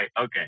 okay